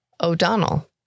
O'Donnell